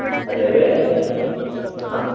അതെ വേറെ കുറേ ആ